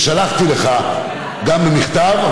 ששלחתי לך גם במכתב,